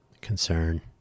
concern